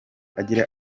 agira